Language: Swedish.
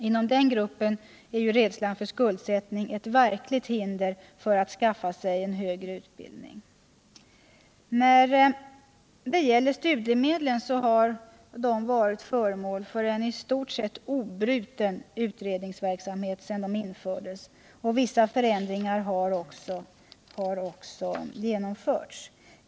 Inom den gruppen är rädslan för skuldsättning ett verkligt hinder för att skaffa sig en högre utbildning. Studiemedlen har varit föremål för en i stort sett obruten utredningsverksamhet sedan de infördes och vissa förändringar har också genomförts.